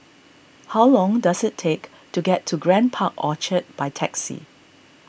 how long does it take to get to Grand Park Orchard by taxi